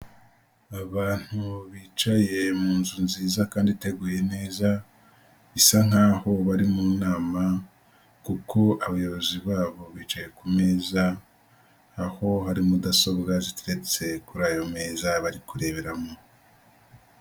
Abantu bicaye mu nzu nziza kandi iteguye neza, bisa nk'aho bari mu nama kuko abayobozi babo bicaye ku meza, aho hari mudasobwa zitetse kuri ayo meza bari kureberamo.